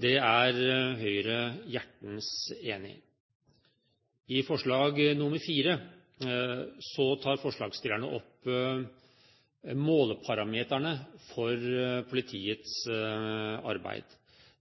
Det er Høyre hjertens enig i. I forslag nr. 4 tar forslagsstillerne opp måleparametrene for politiets arbeid.